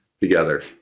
together